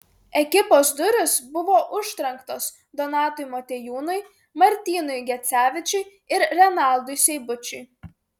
ekipos durys buvo užtrenktos donatui motiejūnui martynui gecevičiui ir renaldui seibučiui